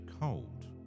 cold